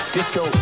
Disco